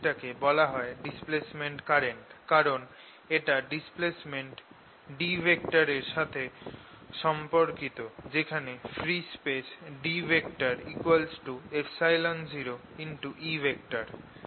0E∂t টাকে বলা হয় ডিসপ্লেসমেন্ট কারেন্ট কারণ এটা ডিসপ্লেসমেন্ট D এর সাথে সম্পর্কিত যেখানে ফ্রি স্পেসে D 0E